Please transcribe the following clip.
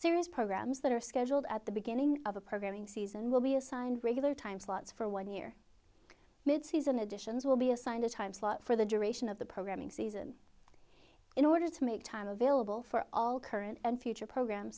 series programs that are scheduled at the beginning of the programming season will be assigned regular time slots for one year mid season additions will be assigned a time slot for the duration of the programming season in order to make time available for all current and future program